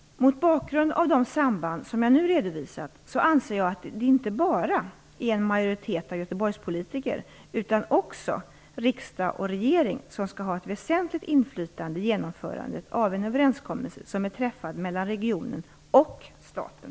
Mot bakgrund av de samband jag nu redovisat anser jag att det inte bara är en majoritet av Göteborgspolitiker utan också riksdag och regering som skall ha ett väsentligt inflytande i genomförandet av en överenskommelse som är träffad mellan regionen och staten.